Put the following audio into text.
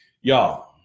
Y'all